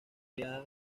oleada